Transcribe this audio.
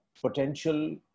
potential